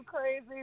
crazy